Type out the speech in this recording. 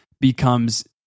becomes